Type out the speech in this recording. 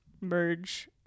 merge